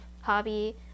hobby